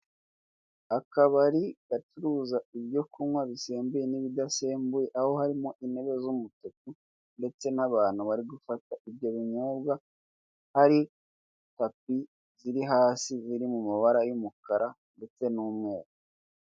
Akabari gacuruza ibyo kunywa bisembuye n'ibidasembuye aho hari intebe z'umutuku, ndetse n'abantu bari gufata ibyo binyobwa, hari tapi ziri hasi ziri mu mabara y'umukara ndetse n'umweru.